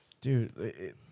dude